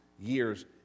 years